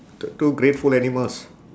t~ two grateful animals